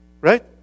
right